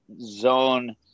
zone